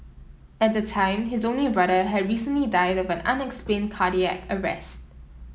at the time his only brother had recently died of an unexplained cardiac arrest